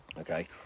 Okay